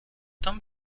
tam